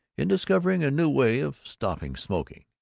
in discovering a new way of stopping smoking.